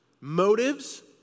motives